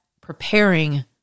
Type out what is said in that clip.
preparing